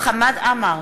חמד עמאר,